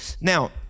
Now